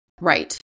Right